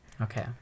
Okay